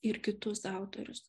ir kitus autorius